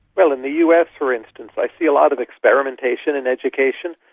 well, in the us for instance i see a lot of experimentation in education,